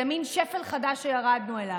זה מין שפל חדש שירדנו אליו.